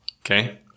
Okay